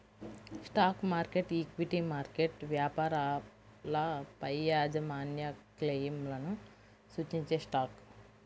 stock market, equity market వ్యాపారాలపైయాజమాన్యక్లెయిమ్లను సూచించేస్టాక్